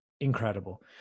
incredible